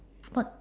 spot